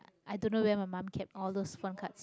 i don't know where my mum kept all those phone cards